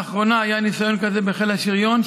לאחרונה היה ניסיון כזה בחיל השריון,